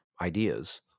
ideas